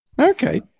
okay